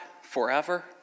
forever